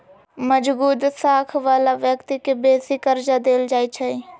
मजगुत साख बला व्यक्ति के बेशी कर्जा देल जाइ छइ